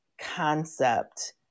concept